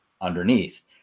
underneath